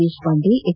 Deshpande H